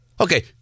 Okay